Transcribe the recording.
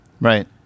Right